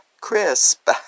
crisp